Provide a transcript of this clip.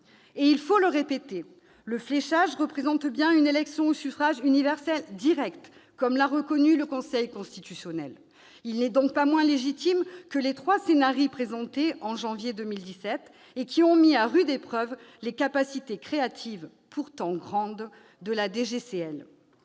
Il faut le répéter, le fléchage représente bien une élection au suffrage universel direct, comme l'a reconnu le Conseil constitutionnel. Il n'est donc pas moins légitime que les trois présentés en janvier 2017, qui ont mis à rude épreuve les capacités créatives, pourtant grandes, de la